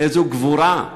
איזו גבורה,